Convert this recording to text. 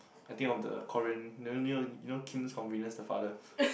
I think of the Korean you know you know Kim's Convenience the father